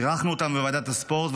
אירחנו אותם בוועדת הספורט,